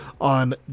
on